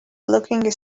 looking